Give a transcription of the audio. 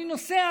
אני נוסע,